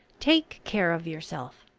take care of yourself.